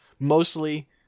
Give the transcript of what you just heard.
Mostly